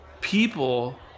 people